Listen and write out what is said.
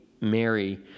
Mary